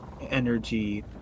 energy